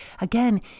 again